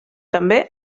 també